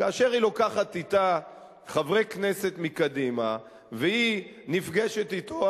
כאשר היא לוקחת אתה חברי כנסת מקדימה והיא נפגשת אתו,